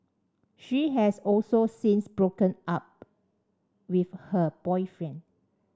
she has also since broken up with her boyfriend